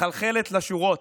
מחלחלת לשורות,